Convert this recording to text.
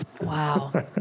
Wow